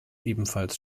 ebenfalls